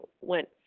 went